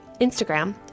Instagram